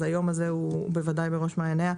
אז היום הזה הוא בוודאי בראש מעייניה.